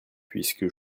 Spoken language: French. puisque